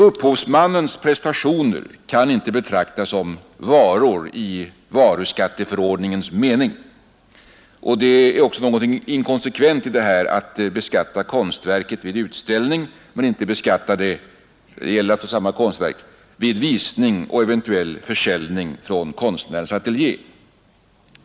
Upphovsmannens prestationer kan inte betraktas som varor i varuskatteförordningens mening, och det är också något inkonsekvent i att beskatta konstverket vid försäljning på utställning men inte beskatta samma konstverk vid visning och försäljning på konstnärens ateljé.